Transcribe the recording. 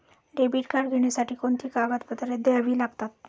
Debit card घेण्यासाठी कोणती कागदपत्रे द्यावी लागतात?